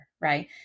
right